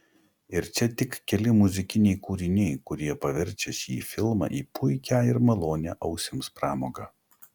ir čia tik keli muzikiniai kūriniai kurie paverčia šį filmą į puikią ir malonią ausims pramogą